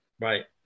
Right